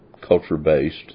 culture-based